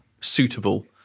suitable